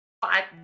five